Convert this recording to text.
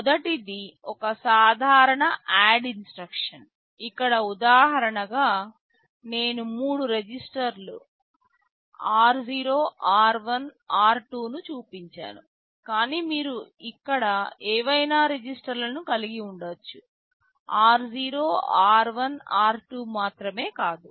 మొదటిది ఒక సాధారణ ADD ఇన్స్ట్రక్షన్ ఇక్కడ ఉదాహరణగా నేను మూడు రిజిస్టర్లు r0 r1 r2 ను చూపించాను కాని మీరు ఇక్కడ ఏవైనా రిజిస్టర్లను కలిగి ఉండొచ్చు r0 r1 r2 మాత్రమే కాదు